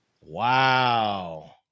Wow